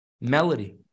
melody